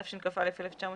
התשכ"א-1961,